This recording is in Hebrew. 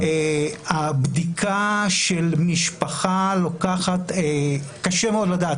הבדיקה של משפחה לוקחת -- קשה מאוד לדעת,